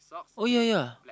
oh ya ya